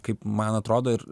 kaip man atrodo ir